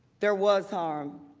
there was harm.